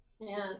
Yes